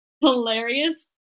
hilarious